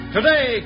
Today